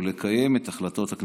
גם את זה אני